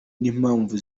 n’impamvu